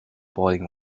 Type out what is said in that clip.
boiling